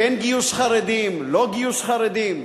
כן גיוס חרדים, לא גיוס חרדים,